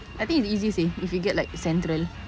I think it's easy seh if you get like central